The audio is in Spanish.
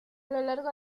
largo